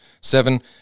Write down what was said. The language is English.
Seven